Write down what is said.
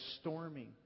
storming